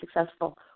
successful